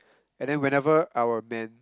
and then whenever our men